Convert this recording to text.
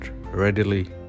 readily